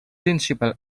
principal